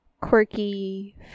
quirky